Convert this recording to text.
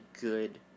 good